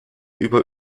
über